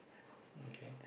okay